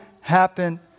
happen